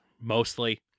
mostly